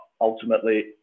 ultimately